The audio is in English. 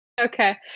okay